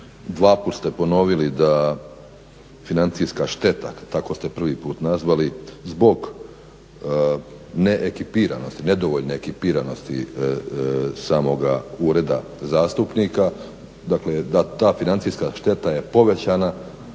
dvaput ste ponovili da financijska šteta, tako ste prvi put nazvali, zbog neekipiranosti, nedovoljne ekipiranosti samoga ureda zastupnika dakle da ta financijska šteta je povećana